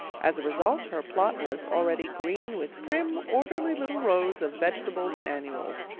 as a result, her plot was already green with prim, orderly little rows of vegetables and annuals.